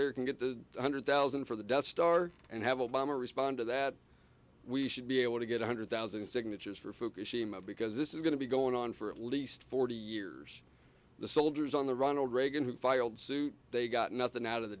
there can get the one hundred thousand for the death star and have obama respond to that we should be able to get one hundred thousand signatures for fukushima because this is going to be going on for at least forty years the soldiers on the ronald reagan who filed suit they got nothing out of the